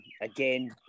Again